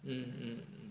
mm mm mm